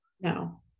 no